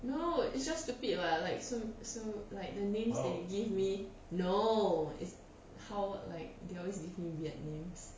no it's just stupid [what] like so so like the names they give me no is how like they always give me weird names